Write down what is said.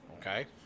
Okay